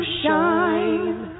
shine